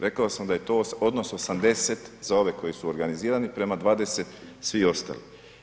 Rekao sam da je to odnos 80 za ove koji su organizirani prema 20 svi ostali.